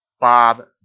Bob